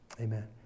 Amen